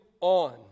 on